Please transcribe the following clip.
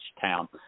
town